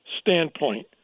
standpoint